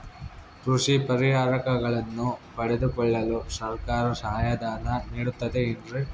ಕೃಷಿ ಪರಿಕರಗಳನ್ನು ಪಡೆದುಕೊಳ್ಳಲು ಸರ್ಕಾರ ಸಹಾಯಧನ ನೇಡುತ್ತದೆ ಏನ್ರಿ?